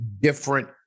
different